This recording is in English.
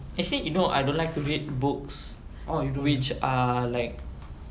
actually you know I don't like to read books which are like